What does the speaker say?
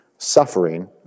Suffering